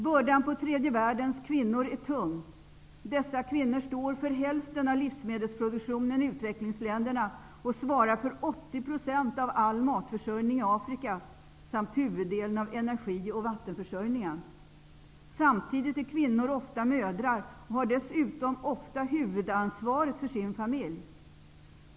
Bördan på tredje världens kvinnor är tung. Dessa kvinnor står för hälften av livsmedelsproduktionen i utvecklingsländerna och svarar för 80 % av all matförsörjning i Afrika samt huvuddelen av energi och vattenförsörjningen. Samtidigt är kvinnor ofta mödrar och har dessutom ofta huvudansvaret för familjen.